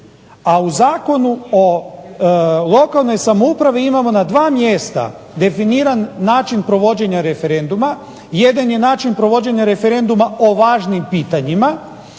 A u Zakonu o lokalnoj samoupravi imamo na 2 mjesta definiran način provođenja referenduma. Jedan je način provođenja referenduma o važnim pitanjima,